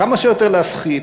כמה שיותר להפחית,